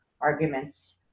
arguments